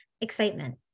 excitement